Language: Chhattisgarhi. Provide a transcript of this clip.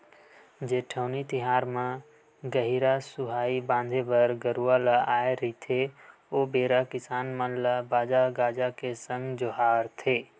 जेठउनी तिहार म गहिरा सुहाई बांधे बर गरूवा ल आय रहिथे ओ बेरा किसान मन ल बाजा गाजा के संग जोहारथे